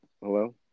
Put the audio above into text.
hello